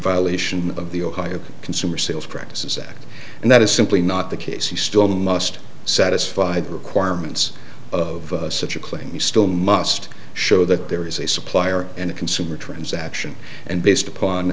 violation of the ohio consumer sales practices act and that is simply not the case he still must satisfy the requirements of such a claim he still must show that there is a supplier and a consumer transaction and based upon